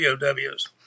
POWs